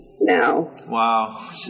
Wow